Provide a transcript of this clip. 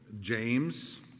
James